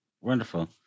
wonderful